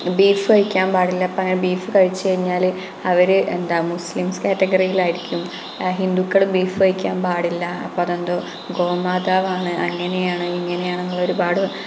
beef കഴിക്കാൻ പാടില്ല അപ്പോൾ അങ്ങനെ ബീഫ് കഴിച്ചു കഴിഞ്ഞാൽ അവർ എന്താ മുസ്ലിംസ് കാറ്റഗറിയിലായിരിക്കും ഹിന്ദുക്കൾ ബീഫ് കഴിക്കാൻ പാടില്ല അപ്പോൾ അതുകൊണ്ട് ഗോമാതാവാണ് അങ്ങനെയാണ് ഇങ്ങനെയാണ് എന്നുള്ള ഒരുപാട്